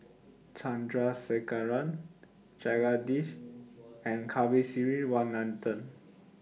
Chandrasekaran Jagadish and Kasiviswanathan